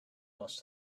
most